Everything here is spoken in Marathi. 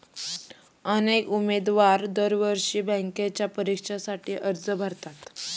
अनेक उमेदवार दरवर्षी बँकेच्या परीक्षेसाठी अर्ज भरतात